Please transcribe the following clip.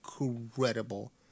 incredible